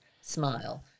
smile